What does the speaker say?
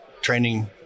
training